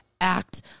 act